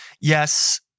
Yes